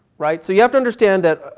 right? so you have to understand that